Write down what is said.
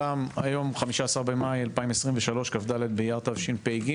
היום 15 במאי 2023, כ"ד באייר התשפ"ג.